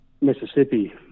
Mississippi